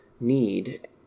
need